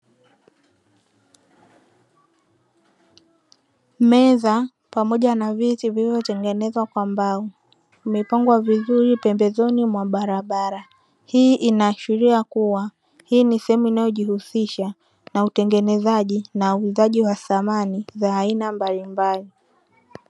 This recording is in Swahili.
Meza pamoja na viti vilivyotengenezwa kwa mbao, vimepangwa vizuri pembezoni mwa barabara. Hii inaashiria kuwa hii ni sehemu inayojihusisha na utengenezaji na uuzaji wa samani za aina mbalimbali.